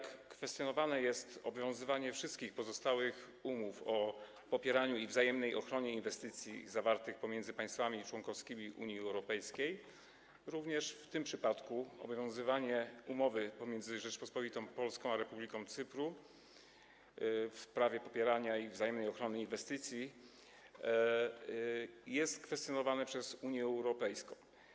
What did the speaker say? Kwestionowane jest obowiązywanie wszystkich pozostałych umów o popieraniu i wzajemnej ochronie inwestycji zawartych pomiędzy państwami członkowskimi Unii Europejskiej, jest więc tak również w tym przypadku - obowiązywanie umowy pomiędzy Rzecząpospolitą Polską a Republiką Cypru w sprawie popierania i wzajemnej ochrony inwestycji jest kwestionowane przez Unię Europejską.